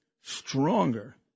stronger